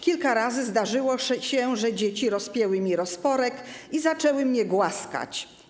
Kilka razy zdarzyło się, że dzieci rozpięły mi rozporek i zaczęły mnie głaskać.